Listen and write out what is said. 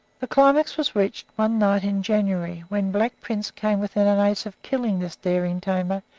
the climax was reached one night in january, when black prince came within an ace of killing this daring tamer,